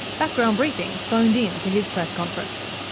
background briefing phoned in to his press conference.